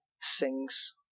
sings